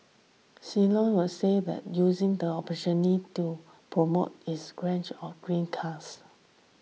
Citroen a saved using the opportunity to promote its range of green cars